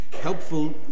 helpful